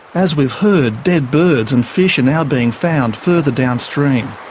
as we've heard, dead birds and fish are now being found further downstream.